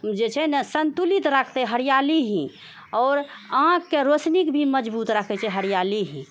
जे छै ने सन्तुलित राखतै हरियाली ही आओर आँखिके रोशनीके भी मजबूत राखै छै हरियाली ही